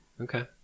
Okay